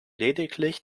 lediglich